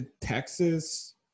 Texas